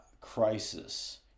crisis